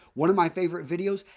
one of my favorite videos,